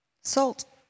Salt